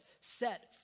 set